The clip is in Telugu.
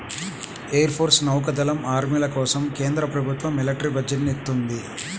ఎయిర్ ఫోర్సు, నౌకా దళం, ఆర్మీల కోసం కేంద్ర ప్రభుత్వం మిలిటరీ బడ్జెట్ ని ఇత్తంది